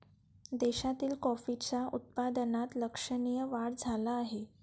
देशातील कॉफीच्या उत्पादनात लक्षणीय वाढ झाला आहे